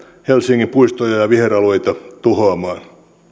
helsingin puistoja ja viheralueita tuhoamaan